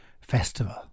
festival